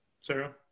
Sarah